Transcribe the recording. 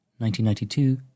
1992